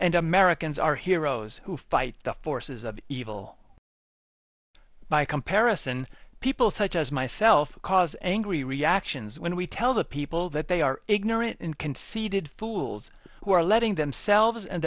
and americans are heroes who fight the forces of evil by comparison people such as myself cause angry reactions when we tell the people that they are ignorant and conceded fools who are letting themselves and